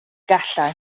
gallai